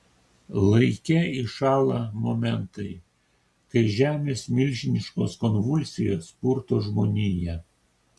laike įšąla momentai kai žemės milžiniškos konvulsijos purto žmoniją